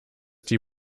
die